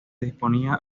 disponía